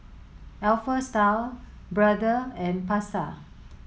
Alpha Style Brother and Pasar